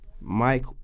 Mike